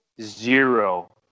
zero